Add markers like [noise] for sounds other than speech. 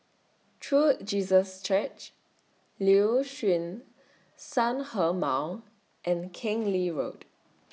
True Jesus Church Liuxun Sanhemiao and Keng [noise] Lee Road [noise]